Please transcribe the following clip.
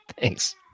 Thanks